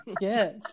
yes